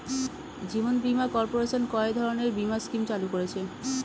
জীবন বীমা কর্পোরেশন কয় ধরনের বীমা স্কিম চালু করেছে?